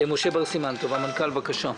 משה בר סימן טוב, המנכ"ל, בבקשה.